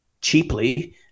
cheaply